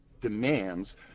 demands